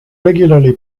regularly